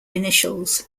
initials